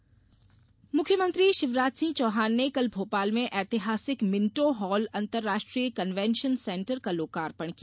Minto Hall मुख्यमंत्री शिवराज सिंह चौहान ने कल भोपाल में ऐतिहासिक मिंटो हॉल अंतर्राष्ट्रीय कन्वेंशन सेंटर का लोकार्पण किया